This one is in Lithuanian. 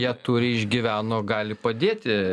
ją turi išgyveno gali padėti